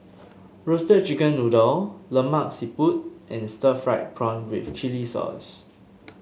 Roasted Chicken Noodle Lemak Siput and Stir Fried Prawn with Chili Sauce